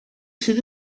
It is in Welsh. sydd